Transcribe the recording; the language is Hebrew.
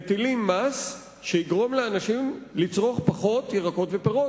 מטילים מס שיגרום לאנשים לצרוך פחות ירקות ופירות.